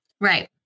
right